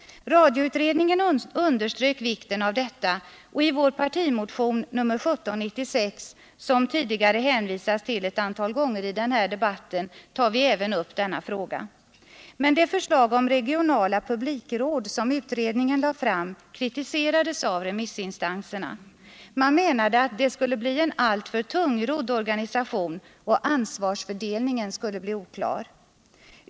Radioutredningen underströk vikten av detta, och i vår partimotion nr 1796, som det tidigare hänvisats till ett antal gånger i den här debatten, tar vi upp även denna fråga. Men det förslag om regionala publikråd som utredningen lade fram kritiserades av remissinstanserna. Man menade att det skulle bli en alltför tungrodd organisation och att ansvarsfördelningen skulle bli oklar.